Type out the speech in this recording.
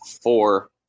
four